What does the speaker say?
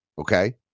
Okay